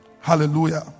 Hallelujah